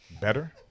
Better